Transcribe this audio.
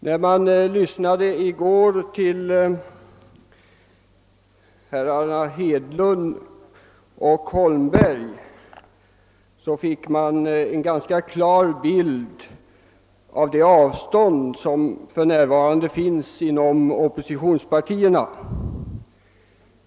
När man lyssnade i går till herrar Hedlund och Holmberg fick man en ganska klar bild av det avstånd som för närvarande finns mellan oppositionspartierna.